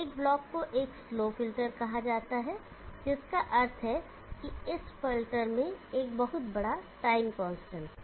एक ब्लॉक को एक स्लो फ़िल्टर कहा जाता है जिसका अर्थ है इस फ़िल्टर में एक बहुत बड़ा टाइम कांस्टेंट है